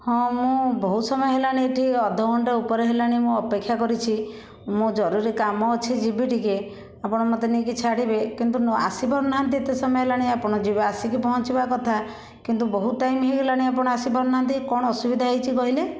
ହଁ ମୁଁ ବହୁତ ସମୟ ହେଲାଣି ଏଇଠି ଅଧ ଘଣ୍ଟା ଉପରେ ହେଲାଣି ମୁଁ ଅପେକ୍ଷା କରିଛି ମୁଁ ଜରୁରୀ କାମ ଅଛି ଯିବି ଟିକେ ଆପଣ ମୋତେ ନେଇକି ଛାଡ଼ିବେ କିନ୍ତୁ ନ ଆସି ପାରୁ ନାହାଁନ୍ତି ଏତେ ସମୟ ହେଲାଣି ଆପଣ ଯିବା ଆସିକି ପହଞ୍ଚିବା କଥା କିନ୍ତୁ ବହୁତ ଟାଇମ ହେଇଗଲାଣି ଆପଣ ଆସିପାରୁ ନାହାଁନ୍ତି କ'ଣ ଅସୁବିଧା ହେଇଛି କହିଲେ